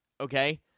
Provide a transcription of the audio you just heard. Okay